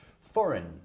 foreign